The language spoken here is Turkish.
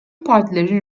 partilerin